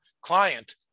client